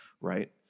right